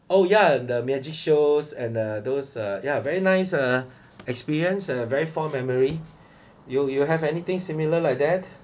oh ya the magic shows and uh those uh ya very nice uh experience uh very fond memory you you have anything similar like that